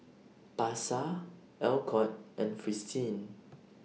Pasar Alcott and Fristine